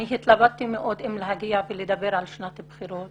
אני התלבטתי מאוד אם להגיע ולדבר על שנת הבחירות